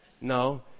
no